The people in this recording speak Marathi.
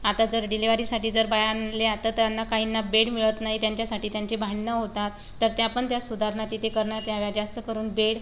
आता जर डिलेवरीसाठी जर बाया आणल्या तर त्यांना काहींना बेड मिळत नाही त्यांच्यासाठी त्यांची भांडणं होतात तर त्या पण त्या सुधारणा तिथे करणं त्यावेळी जास्त करून बेड